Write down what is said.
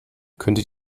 könntet